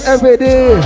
Everyday